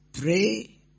pray